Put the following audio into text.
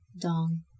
dong